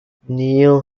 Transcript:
neale